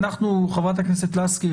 חברת הכנסת לסקי,